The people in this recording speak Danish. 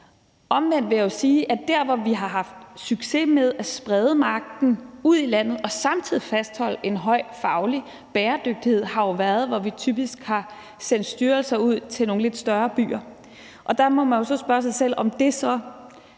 Omvendt vil jeg sige, at der, hvor vi haft succes med at sprede magten ud i landet og samtidig fastholde en høj faglig bæredygtighed, jo har været, hvor vi typisk har sendt styrelser ud til nogle lidt større byer. Der må man så spørge sig selv, om det så